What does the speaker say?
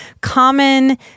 common